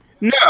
no